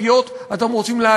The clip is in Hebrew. אתם רוצים לסתום פיות,